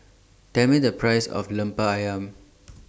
Tell Me The Price of Lemper Ayam